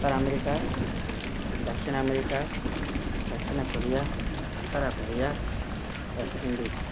ఉత్తర America దక్షిణ America దక్షిణ Korea ఉత్తర కొరియా వెస్ట్ ఇండీస్